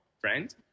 friend